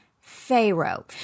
Pharaoh